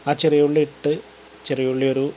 ആ ചെറിയുള്ളി ഇട്ട് ചെറിയുള്ളി ഒരു